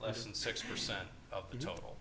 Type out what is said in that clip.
less than six percent of the total